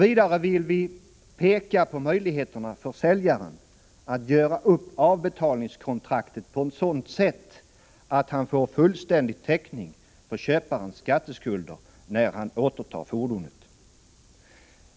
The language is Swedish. Vidare vill vi peka på möjligheterna för säljaren att göra upp avbetalningskontraktet på ett sådant sätt att han får fullständig täckning för köparens skatteskulder när han återtar fordonet.